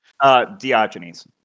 Diogenes